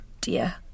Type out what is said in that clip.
dear